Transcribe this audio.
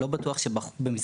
לא בטוח שבמסגרת